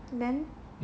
then